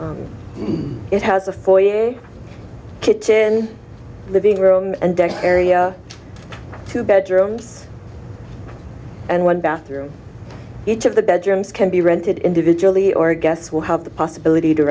year a kitchen living room and den area two bedrooms and one bathroom each of the bedrooms can be rented individually or guests will have the possibility to